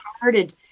hearted